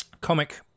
comic